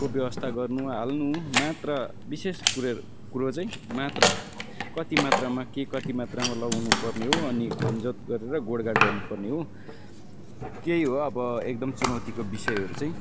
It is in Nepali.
को व्यवस्था गर्नु हाल्नु मात्रा विशेष कुरो कुरो चाहिँ मात्रा कति मात्रामा के कति मात्रामा लगाउनु पर्ने हो अनि खन जोत गरेर गोड गाड गर्नु पर्ने हो त्यही हो अब एकदम चुनौतीको विषयहरू चाहिँ